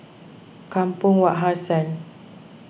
Kampong Wak Hassan